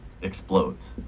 explodes